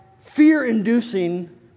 fear-inducing